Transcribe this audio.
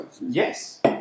Yes